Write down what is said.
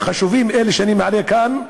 אלה שאני מעלה כאן.